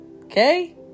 Okay